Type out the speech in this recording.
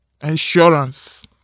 Insurance